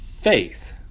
faith